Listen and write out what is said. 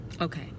okay